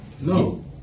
No